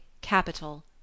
capital